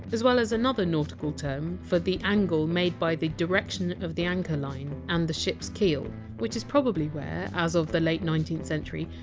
as well as another nautical term for the angle made by the direction of the anchor line and the ship! s keel which is probably where, as of the late nineteenth century!